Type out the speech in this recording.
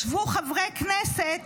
ישבו חברי כנסת